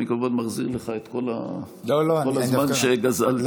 אני כמובן מחזיר לך את כל הזמן שגזלתי ממך.